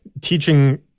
teaching